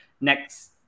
next